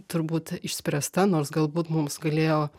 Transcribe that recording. turbūt išspręsta nors galbūt mums galėjo